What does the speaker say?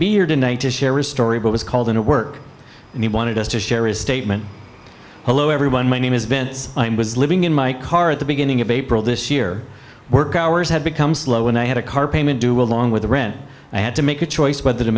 here tonight to share a story but was called in to work and he wanted us to share his statement below ever when my name is vince was living in my car at the beginning of april this year work hours had become slow and i had a car payment due along with the rent i had to make a choice whether to